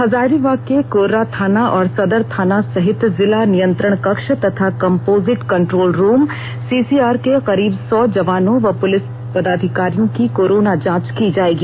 हजारीबाग के कोर्रा थाना और सदर थाना सहित जिला नियंत्रण कक्ष तथा कम्पोजिट कंट्रोल रूम सीसीआर के करीब सौ जवानों व पूलिस पदाधिकारियों की कोरोना जांच की जायेगी